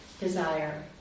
desire